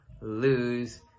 lose